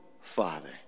Father